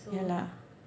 ya lah